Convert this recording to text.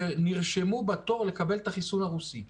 שנרשמו בתור לקבל את החיסון הרוסי.